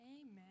Amen